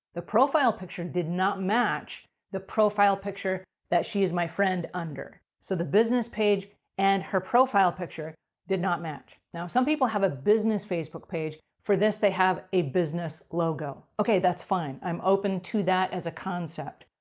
the profile picture did not match the profile picture that she is my friend under. so, the business page and her profile picture did not match. now, some people have a business facebook page, for this they have a business logo. okay, that's fine. i'm open to that as a concept.